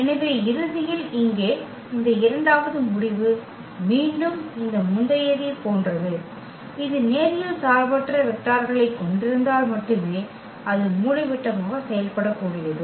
எனவே இறுதியில் இங்கே இந்த இரண்டாவது முடிவு மீண்டும் இந்த முந்தையதைப் போன்றது இது நேரியல் சார்பற்ற வெக்டார்களைக் கொண்டிருந்தால் மட்டுமே அது மூலைவிட்டமாக செயல்படக்கூடியது